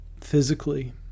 physically